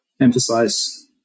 emphasize